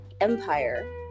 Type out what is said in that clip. Empire